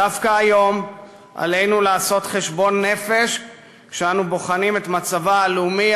דווקא היום עלינו לעשות חשבון נפש כשאנו בוחנים את מצבה הלאומי,